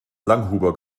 langhuber